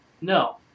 no